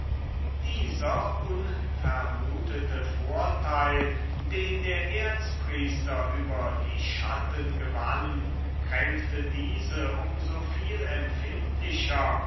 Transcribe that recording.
dieser unvermutete vorteil den der erzpriester über die schatten gewann kränkte diese um so viel empfindlicher